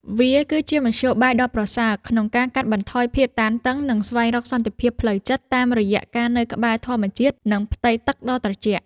វាគឺជាមធ្យោបាយដ៏ប្រសើរក្នុងការកាត់បន្ថយភាពតានតឹង និងស្វែងរកសន្តិភាពផ្លូវចិត្ត តាមរយៈការនៅក្បែរធម្មជាតិ និងផ្ទៃទឹកដ៏ត្រជាក់។